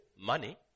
money